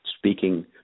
Speaking